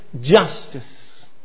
justice